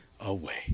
away